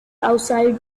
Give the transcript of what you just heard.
outside